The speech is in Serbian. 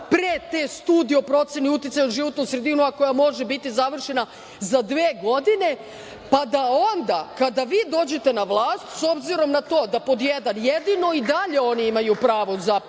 pre te Studije o proceni uticaja na životnu sredinu, a koja može biti završena za dve godine, pa da onda kada vi dođete na vlast, s obzirom na to da, pod jedan, jedino i dalje oni imaju pravo za